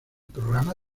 programa